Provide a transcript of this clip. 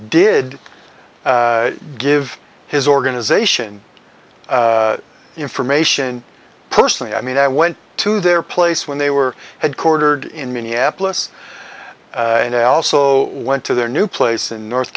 did give his organization information personally i mean i went to their place when they were headquartered in minneapolis and i also went to their new place in north